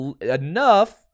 enough